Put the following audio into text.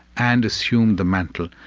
and assumed the mantle.